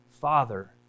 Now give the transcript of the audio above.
Father